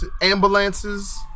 ambulances